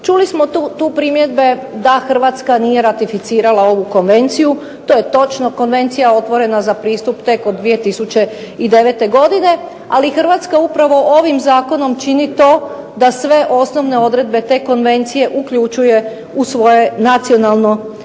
Čuli smo tu primjedbe da Hrvatska nije ratificirala ovu konvenciju. To je točno. Konvencija je otvorena za pristup tek od 2009. godine, ali Hrvatska upravo ovim zakonom čini to da sve osnovne odredbe te konvencije uključuje u svoje nacionalno zakonodavstvo.